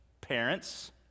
parents